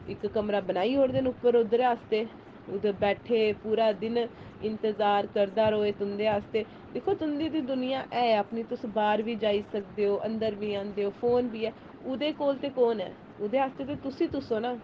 इक कमरा बनाई ओड़दे न उप्पर उद्धर आस्तै उत्थें बैठे पूरा दिन इंतजार करदा रोऐ तुं'दे आस्तै दिक्खो तुं'दी ते दुनियां ऐ अपनी तुस बाह्र बी जाई सकदे ओ अंदर बी आंदे ओ फोन बी ऐ ओह्दे कोल ते कौन ऐ ओह्दे आस्तै ते तुस ही तुस ओ न